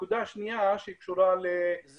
זה